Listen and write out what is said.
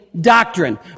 doctrine